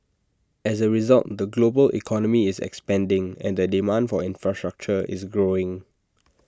as A result the global economy is expanding and the demand for infrastructure is growing